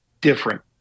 different